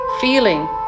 feeling